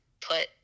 put